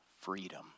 freedom